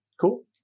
cool